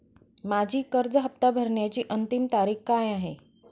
माझी कर्ज हफ्ता भरण्याची अंतिम तारीख काय आहे?